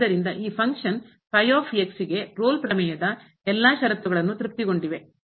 ಆದ್ದರಿಂದ ಈ ಫಂಕ್ಷನ್ ಕಾರ್ಯ ಗೆ ರೋಲ್ ಪ್ರಮೇಯದ ಎಲ್ಲಾ ಷರತ್ತುಗಳು ತೃಪ್ತಿಗೊಂಡಿವೆ